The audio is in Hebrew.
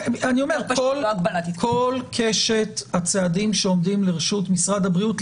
כל קשת הצעדים שעומדים לרשות משרד הבריאות,